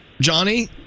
Johnny